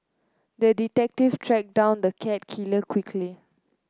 the detective tracked down the cat killer quickly